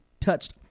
touched